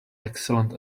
excellent